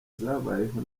zabayeho